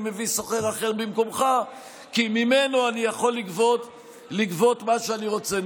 אני מביא שוכר אחר במקומך כי ממנו אני יכול לגבות מה שאני רוצה.